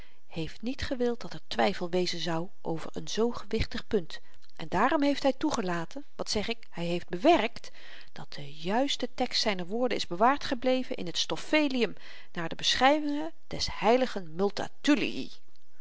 heeft niet gewild dat er twyfel wezen zou over een zoo gewichtig punt en daarom heeft hy toegelaten wat zeg ik hy heeft bewerkt dat de juiste tekst zyner woorden is bewaard gebleven in het stoffelium naar de beschryvinge des heiligen